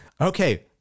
Okay